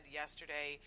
yesterday